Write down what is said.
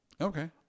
Okay